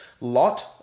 Lot